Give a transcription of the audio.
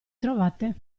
trovate